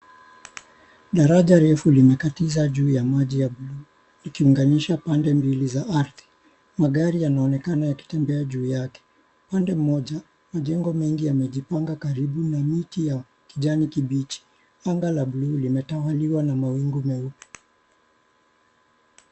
Daraja refu linakatiza juu ya maji ya bluu ikiunganisha pande mbili za ardhi, magari yanaonekana yakitembea juu yake, upande mmoja majengo mengi yamejipanga karibu na miti ya kijani kibichi, anga la bluu limetawaliwa na mawingu meupe.